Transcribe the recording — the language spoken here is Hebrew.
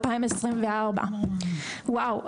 וואו,